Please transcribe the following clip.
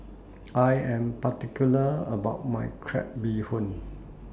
I Am particular about My Crab Bee Hoon